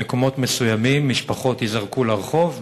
במקומות מסוימים משפחות ייזרקו לרחוב,